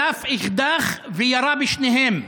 שלף אקדח וירה בשניהם.